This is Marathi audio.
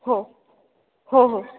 हो हो हो